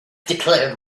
declared